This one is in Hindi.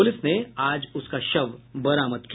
पुलिस ने आज उसका शव बरामद किया